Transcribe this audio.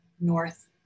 north